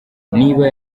niba